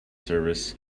service